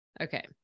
Okay